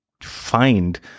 find